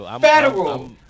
federal